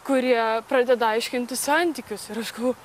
kurie pradeda aiškintis santykius ir aš galvoju